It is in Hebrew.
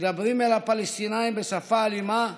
מדברים אל הפלסטינים בשפה אלימה,